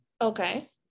Okay